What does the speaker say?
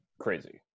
crazy